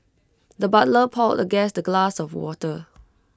the butler poured the guest A glass of water